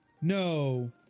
No